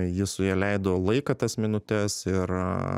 ji su ja leido laiką tas minutes ir